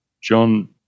john